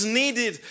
needed